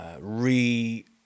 re-